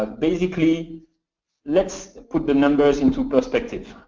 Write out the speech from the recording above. ah basically let's put the numbers into perspective.